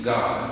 God